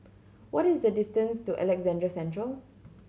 what is the distance to Alexandra Central